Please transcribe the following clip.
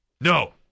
No